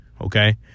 okay